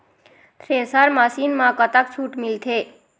Thresher machine म कतक छूट मिलथे?